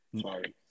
Sorry